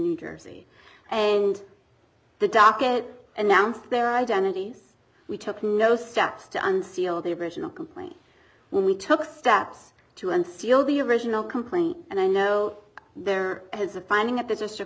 new jersey and the docket announced their identities we took no steps to unseal the original complaint when we took steps to unseal the original complaint and i know there as a finding